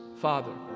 Father